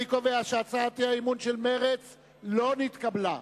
אני קובע שהצעת אי-האמון של מרצ לא נתקבלה.